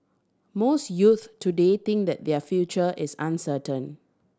most youths today think that their future is uncertain